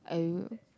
are tyou